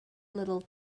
little